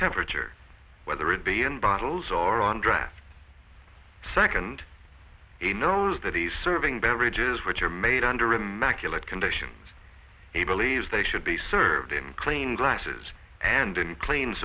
temperature whether it be in bottles or on draft second he knows that he's serving beverages which are made under immaculate condition a believe they should be served in clean glasses and in clean